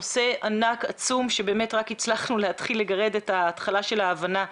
נושא ענק ועצום שבאמת רק הצלחנו להתחיל לגרד את ההתחלה של ההבנה,